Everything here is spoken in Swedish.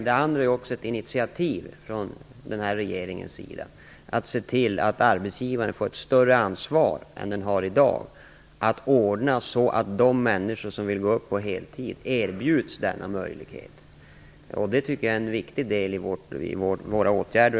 Den andra handlar om ett initiativ från regeringens sida för att se till att arbetsgivare får ett större ansvar än i dag att ordna så att de människor som vill gå upp på heltid skall erbjudas denna möjlighet. Det är en viktig del i våra åtgärder.